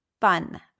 fun